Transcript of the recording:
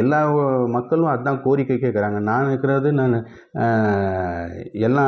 எல்லா மக்களும் அதான் கோரிக்கை கேட்குறாங்க நான் கேட்குறது நான் எல்லா